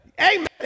Amen